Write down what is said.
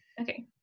Okay